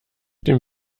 dem